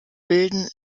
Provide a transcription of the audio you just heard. bilden